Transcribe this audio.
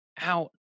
out